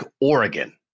Oregon